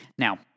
Now